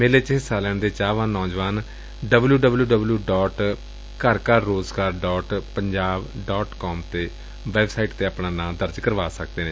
ਮੇਲੇ ਚ ਹਿੱਸਾ ਲੈਣ ਦੇ ਚਾਹਵਾਨ ਨੌਜਵਾਨ ਘਰਘਰਰੋਜ਼ਗਾਰ ਪੰਜਾਬ ਕਾਮ ਵੈਬਸਾਈਟ ਤੇ ਆਪਣਾ ਨਾਂ ਦਰਜ ਕਰਵਾ ਸਕਦੇ ਨੇ